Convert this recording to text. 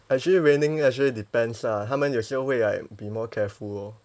actually raining actually depends ah 他们有时候会 like be more careful lor